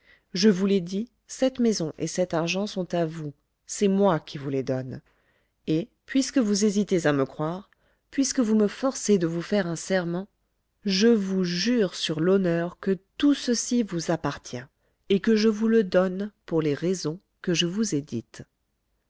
je vous l'ai dit cette maison et cet argent sont à vous c'est moi qui vous les donne et puisque vous hésitez à me croire puisque vous me forcez de vous faire un serment je vous jure sur l'honneur que tout ceci vous appartient et que je vous le donne pour les raisons que je vous ai